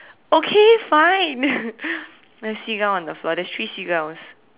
okay fine there's seagulls on the floor there's three seagulls